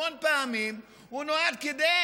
המון פעמים הוא נועד כדי